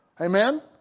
Amen